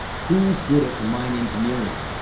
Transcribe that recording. who's good at the mine engineering,